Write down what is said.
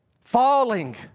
falling